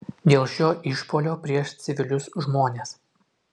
dėl šio išpuolio prieš civilius žmones